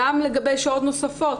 גם לגבי שעות נוספות,